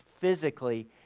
physically